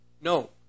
no